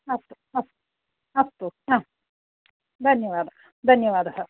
अस्तु अस्तु अस्तु धन्यवादः धन्यवादः